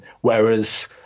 Whereas